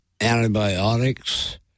Antibiotics